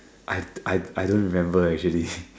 I I I don't remember actually